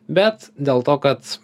bet dėl to kad